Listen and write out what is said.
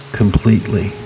completely